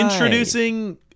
Introducing